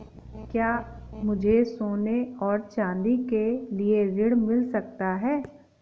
क्या मुझे सोने और चाँदी के लिए ऋण मिल सकता है?